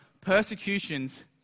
persecutions